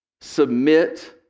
submit